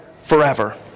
forever